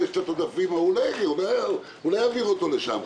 יש קצת עודפים הוא לא יעביר אותם לשם.